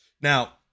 now